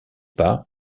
pas